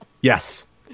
Yes